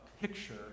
picture